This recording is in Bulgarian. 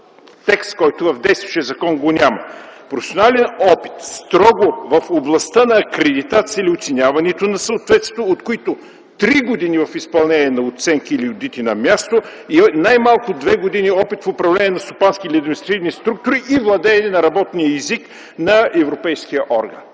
текст, който в действащия закон го няма. „Професионален опит строго в областта на акредитацията или оценяването на съответствието, от който три години в изпълнение на оценки или одити на място и най-малко две години опит в управление на стопански или административни структури и владеене на работния език на европейския орган.”